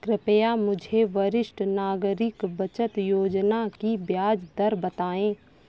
कृपया मुझे वरिष्ठ नागरिक बचत योजना की ब्याज दर बताएं?